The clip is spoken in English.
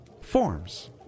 forms